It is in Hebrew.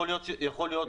יכול להיות,